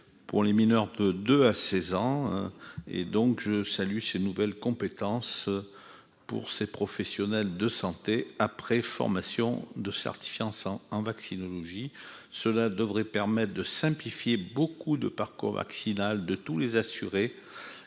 pour les mineurs, peu de à 16 ans, et donc je salue ses nouvelles compétences pour ces professionnels de santé après formation de certifier en vaccinologie, cela devrait permettre de simplifier beaucoup de parcours vaccinal de tous les assurés